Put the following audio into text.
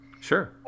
Sure